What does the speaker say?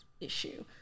issue